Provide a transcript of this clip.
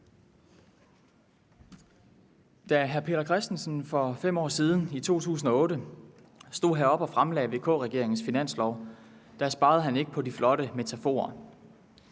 hr. Peter Christensen for 5 år siden, i 2008, stod heroppe og fremlagde VK-regeringens finanslov, sparede han ikke på de flotte metaforer: